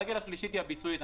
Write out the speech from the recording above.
הרגל השלישית היא הביצועית.